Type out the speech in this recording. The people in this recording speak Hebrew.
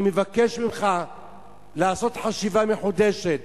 אני מבקש ממך לעשות חשיבה מחודשת.